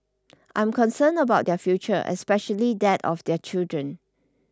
I am concerned about their future especially that of their children